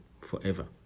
forever